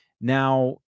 Now